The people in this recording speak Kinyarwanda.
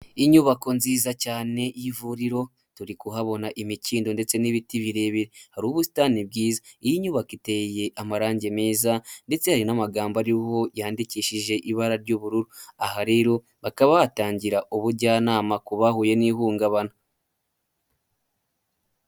Inyubako nziza cyane y'ivuriro turikuhabona imikindo ndetse n'ibiti birebire, hari ubusitani bwiza, iyi nyubako iteye amarangi meza ndetse hari n'amagambo ariho yandikishije ibara ry'ubururu, aha rero bakaba bahatangira ubujyanama ku bahuye n'ihungabana.